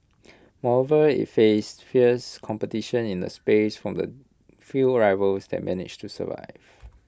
moreover IT face fierce competition in the space from the few rivals that managed to survive